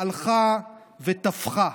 הלכה ותפחה.